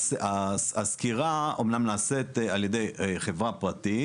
הסקירה אמנם נעשית ע"י חברה פרטית.